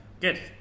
Good